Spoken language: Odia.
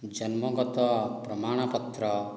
ଜନ୍ମଗତ ପ୍ରମାଣ ପତ୍ର